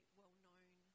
well-known